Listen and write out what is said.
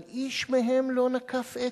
אבל איש מהם לא נקף אצבע,